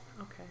Okay